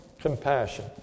Compassion